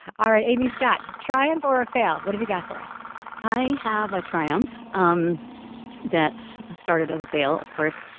all right. amy scott triumph or a fail. what do you got for us i have a triumph um that started as a fail of course.